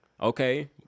okay